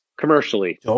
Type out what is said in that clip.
commercially